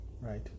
right